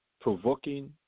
provoking